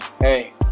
Hey